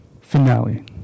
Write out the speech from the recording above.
Finale